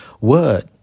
word